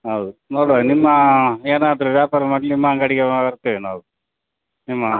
ಹೌದು ನೋಡುವ ನಿಮ್ಮ ಏನಾದರೂ ವ್ಯಾಪಾರ ಮೊದಲು ನಿಮ್ಮ ಅಂಗಡಿಗೆ ಬರ್ತೇವೆ ನಾವು ನಿಮ್ಮ